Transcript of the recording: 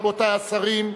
רבותי השרים,